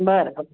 बरं